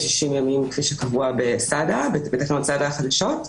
ו-60 יום כפי שקבוע בתקנות סד"א החדשות,